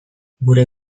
gure